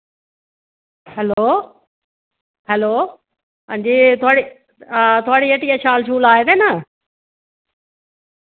hello hello अंजी थुआढ़े आं थुआढ़ी हट्टिया शॉल आये दे न